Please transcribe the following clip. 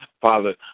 Father